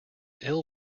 ill